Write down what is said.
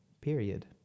period